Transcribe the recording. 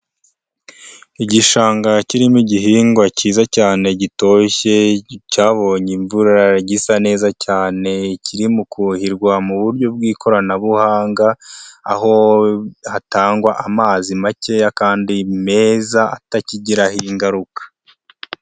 Igishanga kirimo igihingwa cyiza cyane gitoshye, cyabonye imvura gisa neza cyane kiririmo kuhirwa mu buryo bw'ikoranabuhanga aho hatangwa amazi makeya kandi meza, atakigiraho ingaruka.